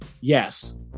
Yes